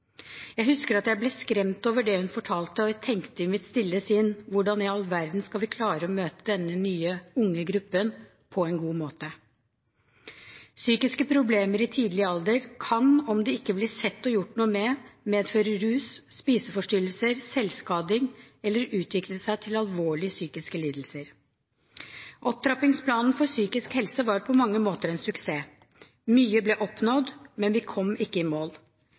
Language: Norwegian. Jeg husker at jeg ble skremt over det hun fortalte, og jeg tenkte i mitt stille sinn: Hvordan i all verden skal vi klare å møte denne nye, unge gruppen på en god måte? Psykiske problemer i tidlig alder kan, om det ikke blir sett og gjort noe med, medføre rusproblemer, spiseforstyrrelser og selvskading eller utvikle seg til alvorlig psykiske lidelser. Opptrappingsplanen for psykisk helse var på mange måter en suksess. Mye ble oppnådd, men vi kom ikke i mål.